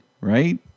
right